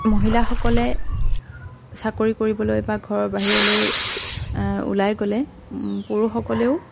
মহিলাসকলে চাকৰি কৰিবলৈ বা ঘৰৰ বাহিৰলৈ ওলাই গ'লে পুৰুষসকলেও